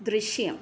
ദൃശ്യം